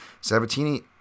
Sabatini